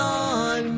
on